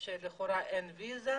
שלכאורה לא צריכים לבוא עם אשרה,